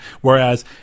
Whereas